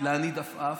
להניד עפעף.